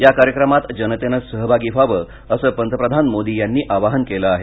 या कार्यक्रमात जनतेनं सहभागी व्हावं असं पंतप्रधान मोदी यांनी आवाहन केल आहे